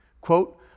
Quote